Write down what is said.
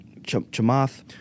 Chamath